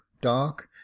dark